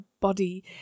body